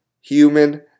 human